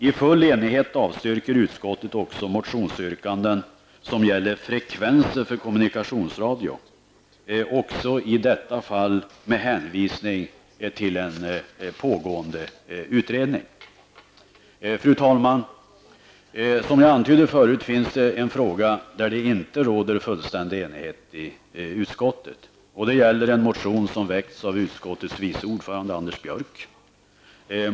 I full enighet avstyrker utskottet också motionsyrkanden som gäller frekvenser för kommunikationsradio -- också i detta fall med hänvisning till en pågående utredning. Fru talman! Som jag antydde förrut, finns det en fråga där det inte råder fullständig enighet i utskottet. Det gäller en motion som väckts av utskottets vice ordförande Anders Björck.